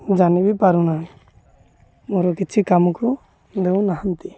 ଜାଣି ବିି ପାରୁ ନାହିଁ ମୋର କିଛି କାମକୁ ଦେଉନାହାନ୍ତି